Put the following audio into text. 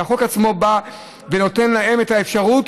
שהחוק עצמו ייתן להם את האפשרות